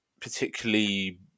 particularly